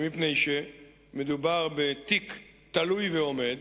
מפני שמדובר בתיק תלוי ועומד,